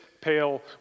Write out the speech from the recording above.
pale